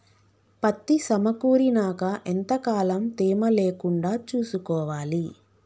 పత్తి సమకూరినాక ఎంత కాలం తేమ లేకుండా చూసుకోవాలి?